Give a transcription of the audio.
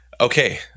Okay